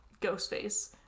Ghostface